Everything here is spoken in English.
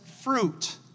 fruit